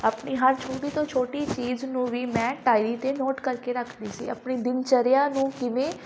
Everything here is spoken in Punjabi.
ਆਪਣੀ ਹਰ ਛੋਟੀ ਤੋਂ ਛੋਟੀ ਚੀਜ਼ ਨੂੰ ਵੀ ਮੈਂ ਡਾਇਰੀ 'ਤੇ ਨੋਟ ਕਰਕੇ ਰੱਖਦੀ ਸੀ ਆਪਣੀ ਦਿਨ ਚਰਿਆ ਨੂੰ ਕਿਵੇਂ